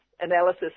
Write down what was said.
analysis